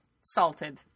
salted